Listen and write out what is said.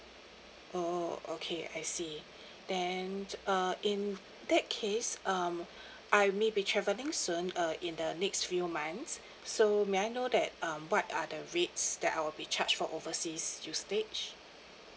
oh okay I see then uh in that case um I may be travelling soon uh in the next few months so may I know that um what are the rates that I'll be charged for overseas usage